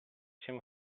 siamo